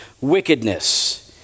wickedness